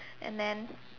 and then